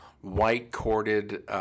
white-corded